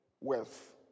wealth